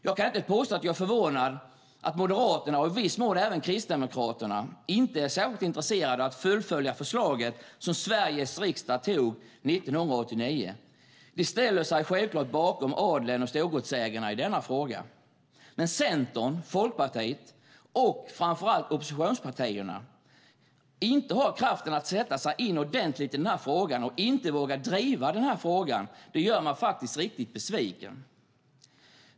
Jag kan inte påstå att jag är förvånad över att Moderaterna och i viss mån även Kristdemokraterna inte är särskilt intresserade av att fullfölja det förslag Sveriges riksdag antog 1989. De ställer sig självklart bakom adeln och storgodsägarna i denna fråga. Att Centern, Folkpartiet och framför allt oppositionspartierna inte har kraften att sätta sig in i denna fråga ordentligt och inte vågar driva den gör mig dock riktigt besviken.